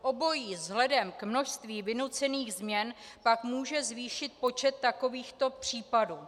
Obojí vzhledem k množství vynucených změn pak může zvýšit počet takovýchto případů.